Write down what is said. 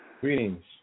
Greetings